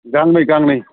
गांनै गांनै